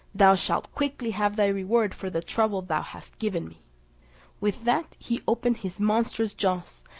thou shalt quickly have thy reward for the trouble thou hast given me with that he opened his monstrous jaws,